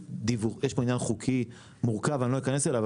יש פה עניין חוקי מורכב ולא אכנס אליו,